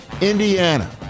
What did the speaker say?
Indiana